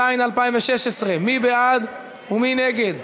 התשע"ז 2016. מי בעד ומי נגד?